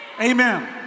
Amen